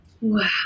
Wow